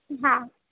હા